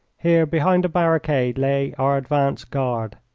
here behind a barricade lay our advance guard.